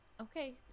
Okay